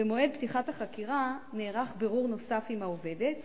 במועד פתיחת החקירה נערך בירור נוסף עם העובדת,